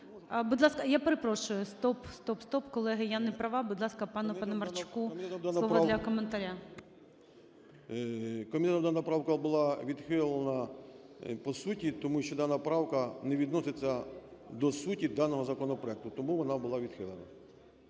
стоп, стоп, стоп, колеги, я не права, будь ласка, пану Паламарчуку, слово для коментаря. 13:32:06 ПАЛАМАРЧУК М.П. Комітетом дана правка була відхилена по суті, тому що дана правка не відноситься до суті даного законопроекту, тому вона була відхилена.